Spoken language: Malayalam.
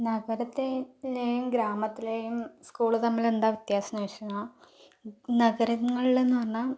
നഗരത്തെത്തിലെയും ഗ്രാമത്തിലെയും സ്കൂള് തമ്മിൽ എന്താ വ്യത്യാസം എന്ന് വെച്ച് കഴിഞ്ഞാൽ നഗരങ്ങളിൽ എന്ന് പറഞ്ഞാൽ